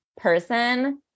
person